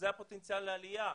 זה הפוטנציאל לעלייה.